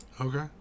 okay